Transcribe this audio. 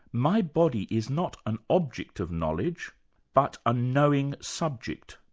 my body is not an object of knowledge but a knowing subject,